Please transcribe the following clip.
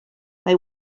mae